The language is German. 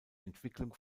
entwicklung